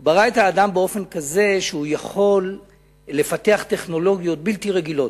הוא ברא את האדם באופן כזה שהוא יכול לפתח טכנולוגיות בלתי רגילות.